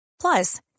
Plus